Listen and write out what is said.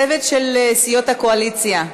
הצוות של סיעות הקואליציה,